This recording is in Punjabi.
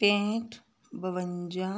ਤਰੇਂਹਠ ਬਵੰਜਾ